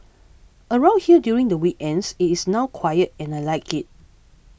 around here during the weekends it is now quiet and I like it